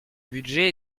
budget